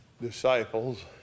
disciples